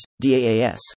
DAAS